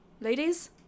Ladies